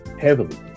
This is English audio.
heavily